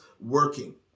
working